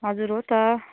हजुर हो त